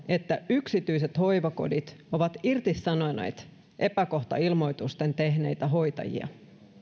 että yksityiset hoivakodit ovat irtisanoneet epäkohtailmoituksia tehneitä hoitajia